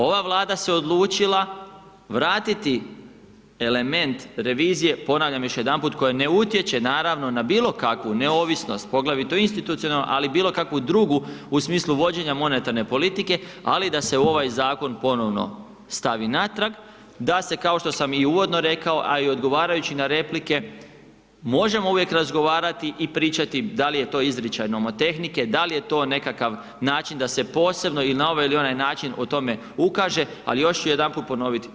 Ova Vlada se odlučila vratiti element revizije, ponavljam još jedanput, koja ne utječe naravno na bilo kakvu neovisnost, poglavito institucionalnu, ali bilo kakvu drugu u smislu vođenja monetarne politike, ali da se ovaj zakon ponovno stavi natrag, da se, kao što sam i uvodno rekao, a i odgovarajući na replike, možemo uvijek razgovarati i pričati da li je to izričajno tehnike, da li je to nekakav način da se posebno, ili na ovaj ili onaj način o tome ukaže, ali još ću jedanput ponoviti.